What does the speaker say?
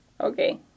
Okay